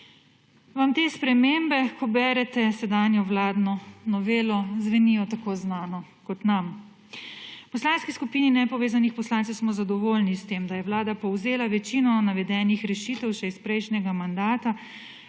Vam te spremembe, ko berete sedanjo vladno novelo, zvenijo tako znano kot nam? V Poslanski skupini nepovezanih poslancev smo zadovoljni s tem, da je vlada povzela večino navedenih rešitev še iz prejšnjega mandata